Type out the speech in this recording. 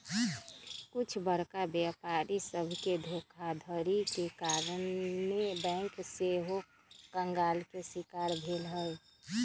कुछ बरका व्यापारी सभके धोखाधड़ी के कारणे बैंक सेहो कंगाल के शिकार भेल हइ